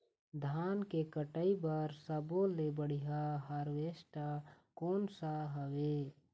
धान के कटाई बर सब्बो ले बढ़िया हारवेस्ट कोन सा हवए?